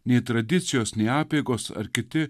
nei tradicijos nei apeigos ar kiti